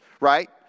right